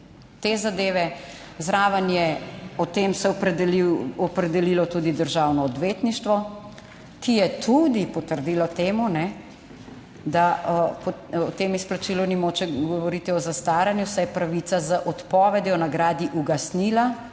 te zadeve. Zraven je o tem se opredelil, opredelilo tudi Državno odvetništvo, ki je tudi potrdilo temu, da o tem izplačilu ni mogoče govoriti o zastaranju, saj je pravica z odpovedjo nagradi ugasnila